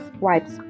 wipes